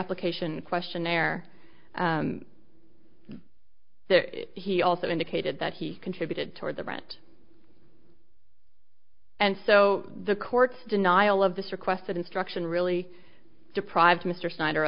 reapplication questionnaire he also indicated that he contributed toward the rent and so the court denial of this requested instruction really deprive mr snyder